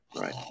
Right